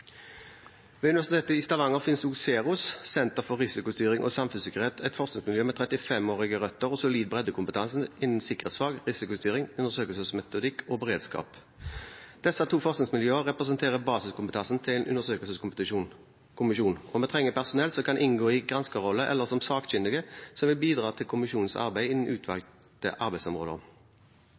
Ved Universitetet i Stavanger finnes også SEROS, Senter for Risikostyring og Samfunnssikkerhet, et forskningsmiljø med 35-årige røtter og solid breddekompetanse innen sikkerhetsfag, risikostyring, undersøkelsesmetodikk og beredskap. Disse to forskningsmiljøene representerer basiskompetansen til undersøkelseskommisjonen, og vi trenger personell som kan inngå i granskerrolle eller som sakkyndige som vil bidra til kommisjonens arbeid innen utvalgte arbeidsområder.